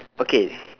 okay